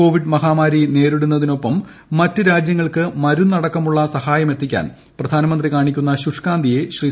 Covid മഹാമാരി നേരിടുന്നതിനൊപ്പം മറ്റ് രാജ്യങ്ങൾക്ക് മരുന്നടക്കമുള്ള സഹായമെത്തിക്കാൻ പ്രധാനമന്ത്രി കാണിക്കുന്ന ശുഷ്കാന്തിയെ ശ്രീ